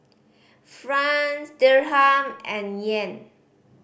Franc Dirham and Yen